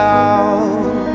out